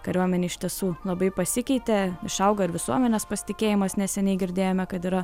kariuomenė iš tiesų labai pasikeitė išaugo ir visuomenės pasitikėjimas neseniai girdėjome kad yra